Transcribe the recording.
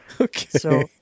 Okay